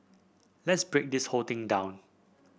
let's break this whole thing down